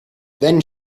then